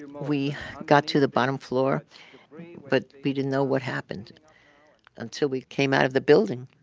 and we got to the bottom floor but we didn't know what happened until we came out of the building.